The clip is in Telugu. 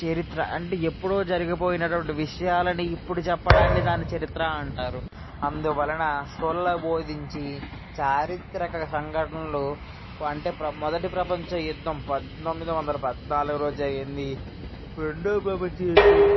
చరిత్ర అంటే ఎప్పుడో జరిగిపోయినటువంటి విషయాలని ఇప్పుడు చెప్పడాన్ని దాని చరిత్ర అంటారు అందువలన స్కూల్లో బోధించి చారిత్రక సంఘటనలు అంటే మొదటి ప్రపంచ యుద్ధం పంతొమ్మిది వందల పద్నాలుగులో జరిగింది రెండో ప్రపంచ యుద్ధం